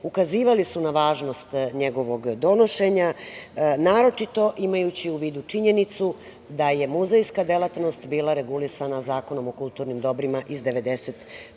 ukazivali su na važnost njegovog donošenja, naročito imajući u vidu činjenicu da je muzejska delatnost bila regulisana Zakonom o kulturnim dobrima iz 1994.